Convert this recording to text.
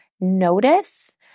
notice